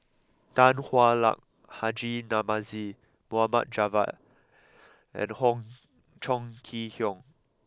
Tan Hwa Luck Haji Namazie Mohd Javad and Hong Chong Kee Hiong